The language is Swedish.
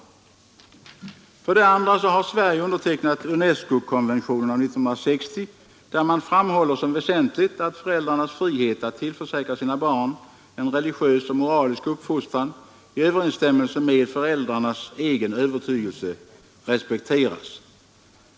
För det andra har Sverige undertecknat UNESCO-konventionen av 1960, där man framhåller som väsentligt att föräldrarnas frihet att tillförsäkra sina barn en religiös och moralisk uppfostran i överensstämmelse med föräldrarnas egen övertygelse respekteras.